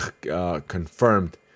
confirmed